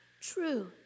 True